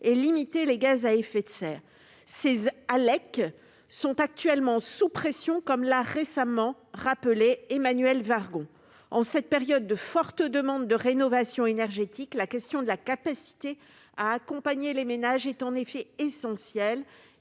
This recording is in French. les émissions de gaz à effet de serre. Les ALEC sont actuellement sous pression, comme l'a récemment rappelé Emmanuelle Wargon. En cette période de forte demande de rénovation énergétique, la question de leur capacité à accompagner les ménages est en effet essentielle.